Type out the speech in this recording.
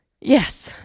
Yes